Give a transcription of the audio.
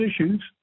issues